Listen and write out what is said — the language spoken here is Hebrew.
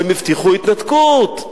הם הבטיחו התנתקות.